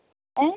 ഏ